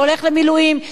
שהולך למילואים,